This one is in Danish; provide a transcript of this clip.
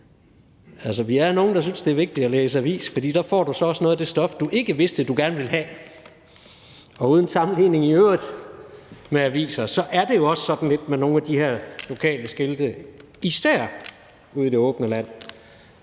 avisen: Vi er nogle, der synes, det er vigtigt at læse avis, fordi du der så også får noget af det stof, du ikke vidste du gerne ville have. Og uden sammenligning med aviser i øvrigt er det jo også lidt sådan med nogle af de her lokale skilte, især ude i det åbne land,